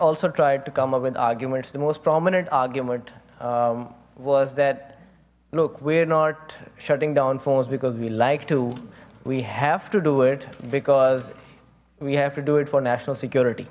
also tried to come up with arguments the most prominent argument was that look we're not shutting down phones because we like to we have to do it because we have to do it for national security